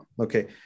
okay